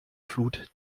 flut